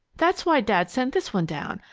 that's why dad sent this one down.